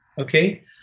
okay